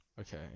Okay